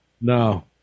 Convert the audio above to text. No